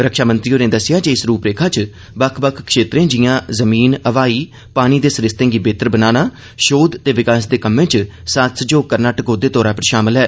रक्षामंत्री होरें दस्सेया जे इस रोड मैप च बक्ख बक्ख क्षेत्रें जियां जमीन हवाई पानी दे सरिस्तें गी बेहतर बनाना शोध ते विकास दे कम्में च साथ सहयोग करना टकोहदा तौर पर शामल ऐ